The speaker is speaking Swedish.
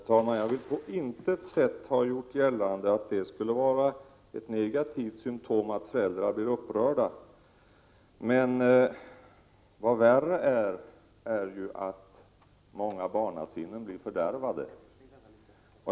Herr talman! Jag har på intet sätt gjort gällande att det skulle vara ett negativt symtom att föräldrar blir upprörda. Det är däremot värre att många barnasinnen blir fördärvade.